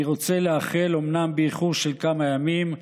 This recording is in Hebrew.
אני רוצה לאחל, אומנם באיחור של כמה ימים,